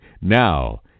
Now